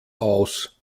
aus